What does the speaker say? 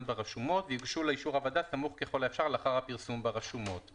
ברשומות ויוגשו לאישור הוועדה סמוך ככל האפשר לאחר הפרסום ברשומות.